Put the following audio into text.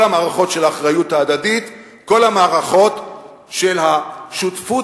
כל המערכות של האחריות ההדדית,